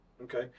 Okay